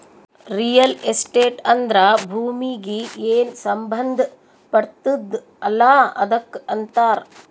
real estate ಅಂದ್ರ ಭೂಮೀಗಿ ಏನ್ ಸಂಬಂಧ ಪಡ್ತುದ್ ಅಲ್ಲಾ ಅದಕ್ ಅಂತಾರ್